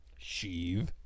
Sheev